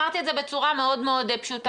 אמרתי את זה בצורה מאוד מאוד פשוטה.